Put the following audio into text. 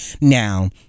Now